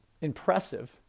impressive